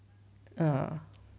oh